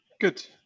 Good